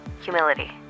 Humility